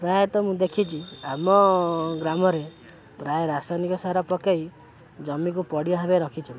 ପ୍ରାୟତଃ ମୁଁ ଦେଖିଛି ଆମ ଗ୍ରାମରେ ପ୍ରାୟ ରାସାୟନିକ ସାର ପକାଇ ଜମିକୁ ପଡ଼ିଆ ଭାବେ ରଖିଛ